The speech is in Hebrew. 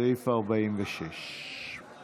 סעיף 46. (קוראת